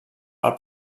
pel